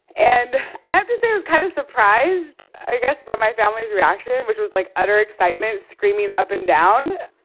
and i have to say i was kinda kind of surprised, i guess, by my family's reaction, which was, like, utter excitement, screaming up and down.